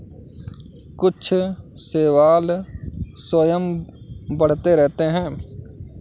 कुछ शैवाल स्वयं बढ़ते रहते हैं